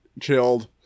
chilled